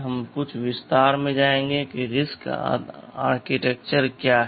हम कुछ विस्तार में जाएंगे कि RISC आर्किटेक्चर क्या है